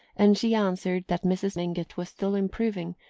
and she answered that mrs. mingott was still improving,